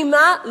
ממה?